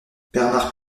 bernard